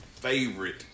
Favorite